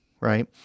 right